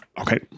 Okay